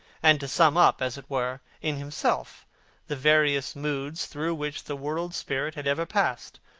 and to sum up, as it were, in himself the various moods through which the world-spirit had ever passed,